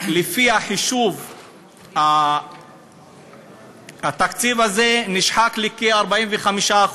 לפי החישוב, התקציב הזה נשחק לכ-45%,